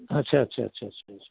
अच्छा अच्छा अच्छा अच्छा अच्छा